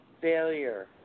failure